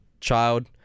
child